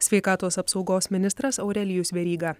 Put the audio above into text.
sveikatos apsaugos ministras aurelijus veryga